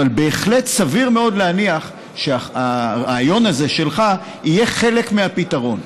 אבל בהחלט סביר מאוד להניח שהרעיון הזה שלך יהיה חלק מהפתרון.